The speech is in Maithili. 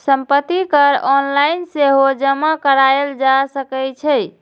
संपत्ति कर ऑनलाइन सेहो जमा कराएल जा सकै छै